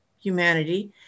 humanity